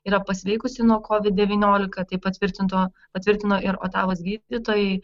yra pasveikusi nuo kovid devyniolika tai patvirtinto patvirtino ir otavos gydytojai